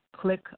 click